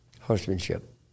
horsemanship